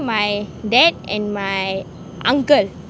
my dad and my uncle